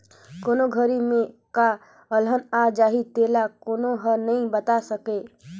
कोन घरी में का अलहन आ जाही तेला कोनो हर नइ बता सकय